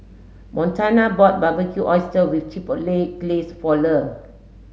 Montana bought Barbecued Oysters with Chipotle Glaze for Le